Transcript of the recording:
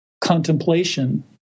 contemplation